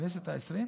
בכנסת העשרים?